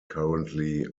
currently